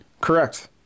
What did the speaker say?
correct